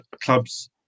clubs